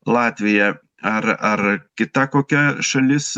latvija ar ar kita kokia šalis